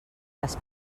les